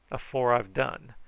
afore i've done.